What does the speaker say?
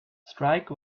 strike